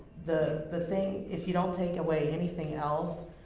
the the thing, if you don't take away anything else,